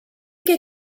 que